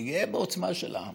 אני גאה בעוצמה שלה,